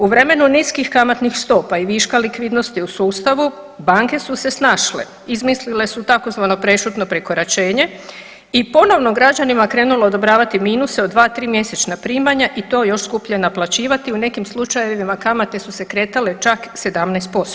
U vremenu niskih kamatnih stopa i viška likvidnosti u sustavu banke su se snašle, izmislile su tzv. prešutno prekoračenje i ponovno građanima krenulo odobravati minuse od 2-3 mjesečna primanja i to još skuplje naplaćivati, u nekim slučajevima kamate su se kretale čak 17%